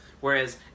Whereas